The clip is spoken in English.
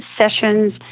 sessions